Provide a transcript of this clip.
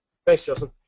thanks, justin.